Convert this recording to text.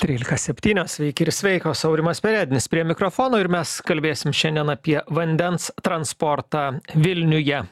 trylika septynios sveiki ir sveikos aurimas perednis prie mikrofono ir mes kalbėsim šiandien apie vandens transportą vilniuje